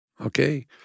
Okay